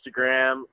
Instagram